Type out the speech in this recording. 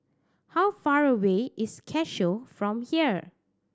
how far away is Cashew from here